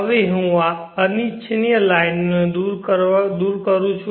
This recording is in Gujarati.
હવે હું આ અનિચ્છનીય લાઇનોને દૂર કરું છું